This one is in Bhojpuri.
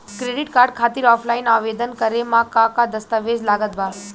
क्रेडिट कार्ड खातिर ऑफलाइन आवेदन करे म का का दस्तवेज लागत बा?